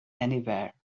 anywhere